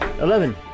eleven